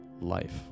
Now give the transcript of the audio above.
life